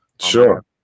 Sure